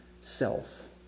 self